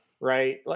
Right